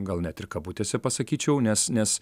gal net ir kabutėse pasakyčiau nes nes